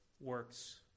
works